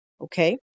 okay